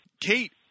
Kate